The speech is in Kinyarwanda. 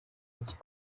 nshya